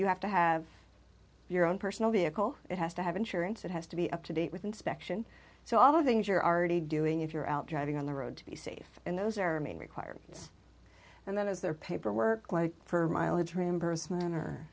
you have to have your own personal vehicle it has to have insurance it has to be up to date with inspection so all the things you're already doing if you're out driving on the road to be safe and those are main requirements and then as their paperwork for mileage reimbursement